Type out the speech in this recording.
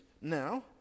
now